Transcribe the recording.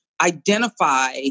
identify